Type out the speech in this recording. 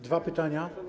Dwa pytania.